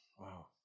Wow